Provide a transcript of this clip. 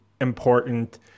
important